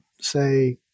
say